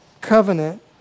covenant